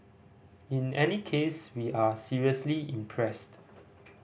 in any case we are seriously impressed